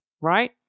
right